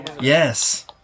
yes